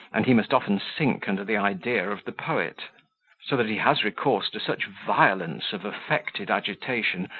and he must often sink under the idea of the poet so that he has recourse to such violence of affected agitation,